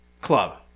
club